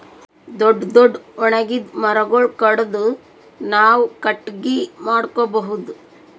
ದೊಡ್ಡ್ ದೊಡ್ಡ್ ಒಣಗಿದ್ ಮರಗೊಳ್ ಕಡದು ನಾವ್ ಕಟ್ಟಗಿ ಮಾಡ್ಕೊಬಹುದ್